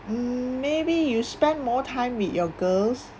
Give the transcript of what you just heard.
mm maybe you spend more time with your girls